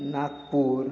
Nagpur